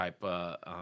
type